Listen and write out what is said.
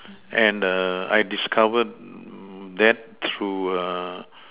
and err I discover that through err